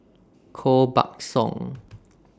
Koh Buck Song